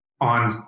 on